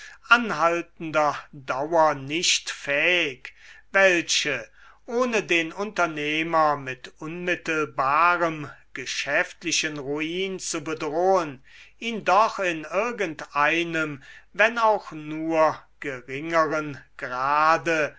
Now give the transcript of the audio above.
anhaltender dauer nicht fähig welche ohne den unternehmer mit unmittelbarem geschäftlichen ruin zu bedrohen ihm doch in irgend einem wenn auch nur geringeren grade